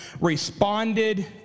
responded